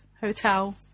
hotel